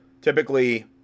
typically